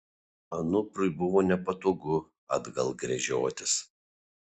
anuprui buvo nepatogu atgal gręžiotis